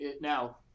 Now